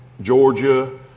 Georgia